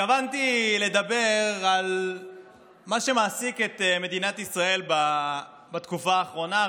התכוונתי לדבר על מה שמעסיק את מדינת ישראל בתקופה האחרונה,